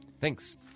Thanks